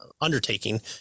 undertaking